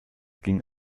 ging